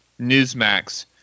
Newsmax